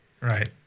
right